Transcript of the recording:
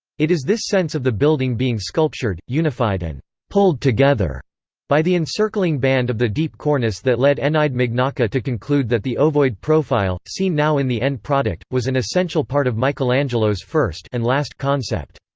it is this sense of the building being sculptured, unified and pulled together by the encircling band of the deep cornice that led eneide mignacca to conclude that the ovoid profile, seen now in the end product, was an essential part of michelangelo's first and concept.